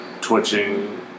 twitching